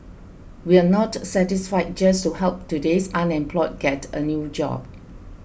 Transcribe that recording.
we are not satisfied just to help today's unemployed get a new job